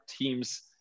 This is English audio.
team's